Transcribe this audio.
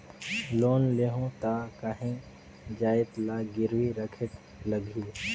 Loan लेहूं ता काहीं जाएत ला गिरवी रखेक लगही?